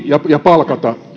ja palkata